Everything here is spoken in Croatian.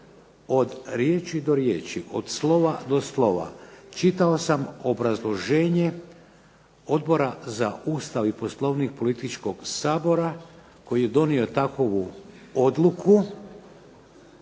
od riječi do riječi, od slova do slova. Čitao sam obrazloženje Odbora za Ustav i poslovnik političkog Sabora koji je donio takovu odluku